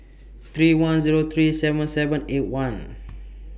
three one Zero three seven seven eight one